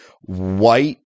white